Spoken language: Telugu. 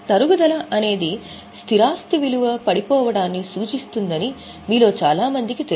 తరుగుదల అనేది స్థిరాస్తి విలువ పడిపోవడాన్ని సూచిస్తుందని మీలో చాలా మందికి తెలుసు